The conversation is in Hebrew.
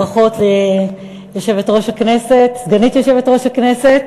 ברכות לסגנית יושב-ראש הכנסת,